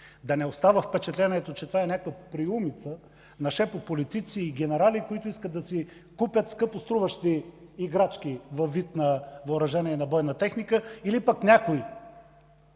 да не остава впечатлението, че това е някаква приумица на шепа политици и генерали, които искат да си купят скъпоструващи играчки във вид на въоръжение на бойна техника, или пък някой